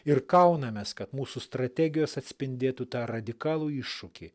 ir kaunamės kad mūsų strategijos atspindėtų tą radikalų iššūkį